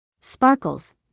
Sparkles